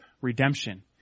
redemption